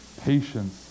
patience